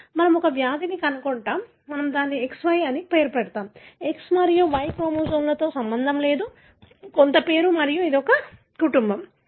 కాబట్టి మనం ఒక వ్యాధిని కనుగొందాం మనము దానిని XY వ్యాధి అని పేరు పెట్టాము X మరియు Y క్రోమోజోమ్తో సంబంధం లేదు కొంత పేరు మరియు ఇది కుటుంబం